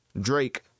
drake